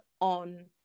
on